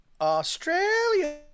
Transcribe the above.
Australia